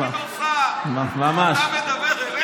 בליכוד לתת לך את הקולות שהיו חסרים לך כדי להיכנס לכנסת.